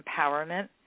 empowerment